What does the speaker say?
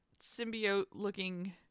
symbiote-looking